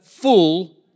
full